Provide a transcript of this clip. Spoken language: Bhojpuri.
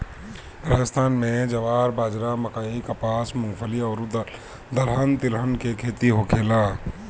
राजस्थान में ज्वार, बाजारा, मकई, कपास, मूंगफली अउरी दलहन तिलहन के खेती होखेला